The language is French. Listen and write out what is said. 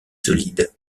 solides